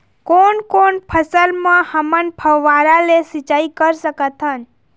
कोन कोन फसल म हमन फव्वारा ले सिचाई कर सकत हन?